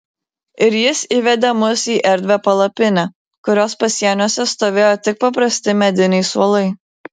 ir jis įvedė mus į erdvią palapinę kurios pasieniuose stovėjo tik paprasti mediniai suolai